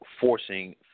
forcing